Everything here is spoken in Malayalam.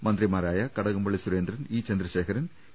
മന്ത്രിമാരായ കടകംപള്ളി സുരേന്ദ്രൻ ഇ ചന്ദ്രശേഖരൻ എ